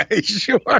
Sure